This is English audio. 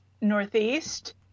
northeast